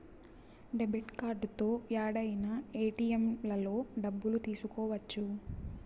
debit కార్డుతో యాడైనా ఏటిఎంలలో డబ్బులు తీసుకోవచ్చు